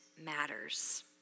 matters